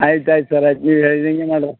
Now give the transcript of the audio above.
ಆಯ್ತು ಆಯ್ತು ಸರ್ ಆಯ್ತು ನೀವು ಹೇಳಿದಂಗೆ ಮಾಡುವ